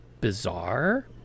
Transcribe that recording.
bizarre